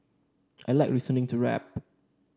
I like listening to rap